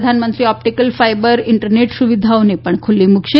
પ્રધાનમંત્રી optical fibre internet સેવાઓને પણ ખુલ્લી મુકશે